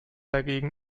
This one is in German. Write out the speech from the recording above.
dagegen